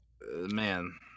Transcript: Man